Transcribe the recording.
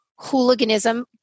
hooliganism